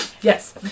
Yes